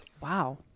Wow